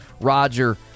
Roger